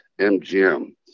MGM